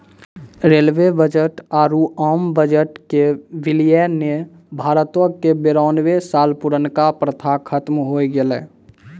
rail budget आरु आम budget के विलय ने भारतो के बेरानवे साल पुरानका प्रथा खत्म होय गेलै